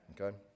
okay